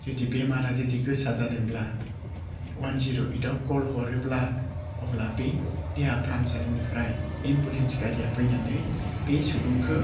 जुदि बेमारा जुदि गोसा जादोंब्ला अवान जिर' ओइट आव कल हरोब्ला अब्ला बे देहा फाहामसालिनिफ्राय एम्लुलेन्स गारिया फैनानै बे सुबुंखौ